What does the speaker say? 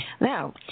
Now